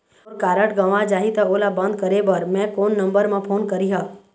मोर card गंवा जाही त ओला बंद करें बर मैं कोन नंबर म फोन करिह?